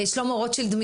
שלמה רוטשילד,